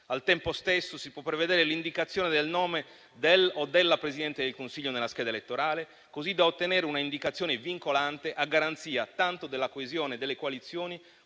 Al tempo stesso, si può prevedere l'indicazione del nome del o della Presidente del Consiglio nella scheda elettorale, così da ottenere un'indicazione vincolante a garanzia tanto della coesione delle coalizioni,